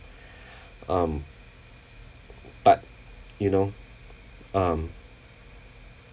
um but you know um